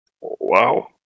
Wow